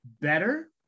better